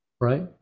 right